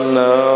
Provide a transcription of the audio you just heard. no